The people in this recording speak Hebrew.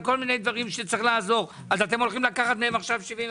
כל מיני דברים שצריך לעזור אז אתם הולכים לקחת 75%?